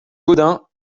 gaudin